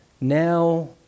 Now